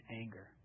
anger